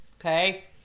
Okay